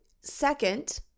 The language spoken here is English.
Second